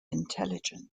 intelligence